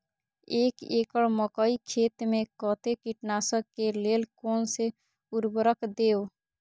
एक एकड़ मकई खेत में कते कीटनाशक के लेल कोन से उर्वरक देव?